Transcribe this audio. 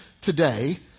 today